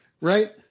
right